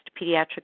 pediatric